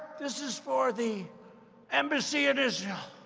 this is for the embassy in israel.